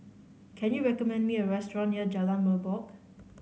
can you recommend me a restaurant near Jalan Merbok